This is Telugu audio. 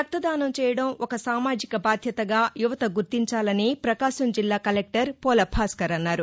రక్తదానం చేయడం ఒక సామాజిక భాద్యతగా యువత గుర్తించాలని పకాశం జిల్లా కలెక్టర్ పోల భాస్కర్ అన్నారు